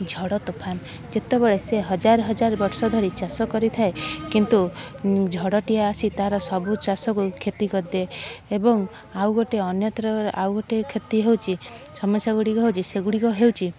ଝଡ଼ ତୋଫାନ ଯେତେବେଳେ ସେ ହଜାର ହଜାର ବର୍ଷ ଧରି ଚାଷ କରିଥାଏ କିନ୍ତୁ ଝଡ଼ଟିଏ ଆସି ତାର ସବୁ ଚାଷକୁ କ୍ଷତି କରିଦିଏ ଏବଂ ଆଉ ଗୋଟେ ଅନ୍ୟତ୍ର ଆଉ ଗୋଟେ କ୍ଷତି ହେଉଛି ସମସ୍ୟା ଗୁଡ଼ିକ ହେଉଛି ସେଗୁଡ଼ିକ ହେଉଛି